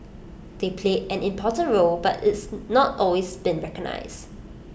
they played an important role but it's not always been recognised